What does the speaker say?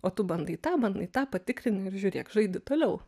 o tu bandai tą bandai tą patikrini ir žiūrėk žaidi toliau